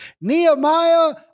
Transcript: Nehemiah